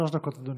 אדוני.